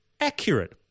accurate